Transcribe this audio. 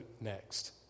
next